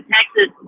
Texas